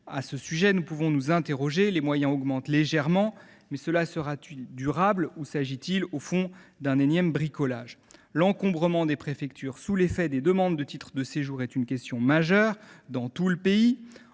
À ce propos, nous pouvons nous interroger : les moyens augmentent légèrement, mais cette hausse sera t elle durable ou s’agit il en réalité d’un énième bricolage ? L’encombrement des préfectures sous l’effet des demandes de titres de séjour est une question majeure dans tout le pays.